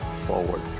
forward